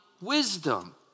wisdom